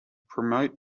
promote